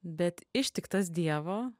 bet ištiktas dievo